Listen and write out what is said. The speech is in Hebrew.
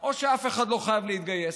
או שאף אחד לא חייב להתגייס,